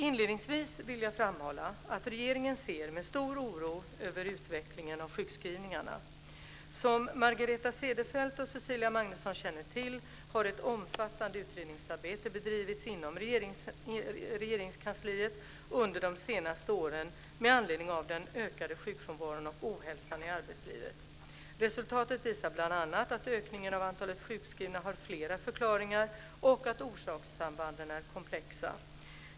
Inledningsvis vill jag framhålla att regeringen ser med stor oro på utvecklingen av sjukskrivningarna. Som Margareta Cederfelt och Cecilia Magnusson känner till har ett omfattande utredningsarbete bedrivits inom Regeringskansliet under de senaste åren med anledning av den ökade sjukfrånvaron och ohälsan i arbetslivet. Resultatet visar bl.a. att ökningen av antalet sjukskrivna har flera förklaringar och att orsakssambanden är komplexa.